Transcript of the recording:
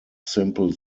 simple